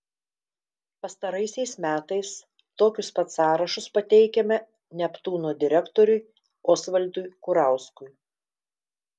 pastaraisiais metais tokius pat sąrašus pateikiame neptūno direktoriui osvaldui kurauskui